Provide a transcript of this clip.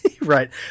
Right